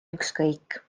ükskõik